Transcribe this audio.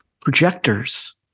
projectors